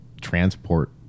transport